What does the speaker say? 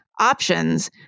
options